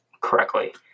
correctly